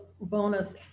bonus